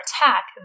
attack